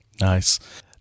Nice